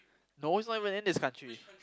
no he's not even in this country